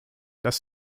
dass